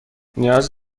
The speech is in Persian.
نیاز